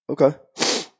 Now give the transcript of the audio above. okay